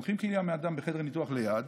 לוקחים כליה מאדם בחדר הניתוח ליד,